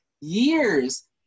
years